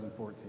2014